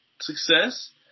success